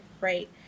right